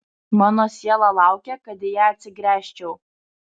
mano siela laukia kad į ją atsigręžčiau